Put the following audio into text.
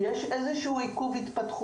יש להם איזה שהוא עיכוב התפתחותי.